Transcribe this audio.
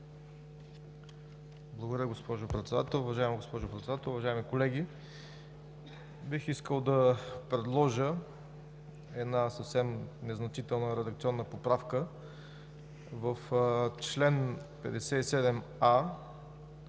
Благодаря, госпожо Председател. Уважаема госпожо Председател, уважаеми колеги! Бих искал да предложа една съвсем незначителна редакционна поправка – в чл. 57а,